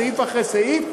סעיף אחרי סעיף,